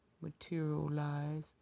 materialize